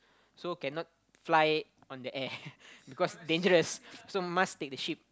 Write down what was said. so cannot fly on the air because dangerous so must take the ship